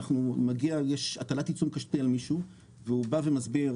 מגיע הטלת עיצום כספי על מישהו והוא בא ומסביר